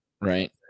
right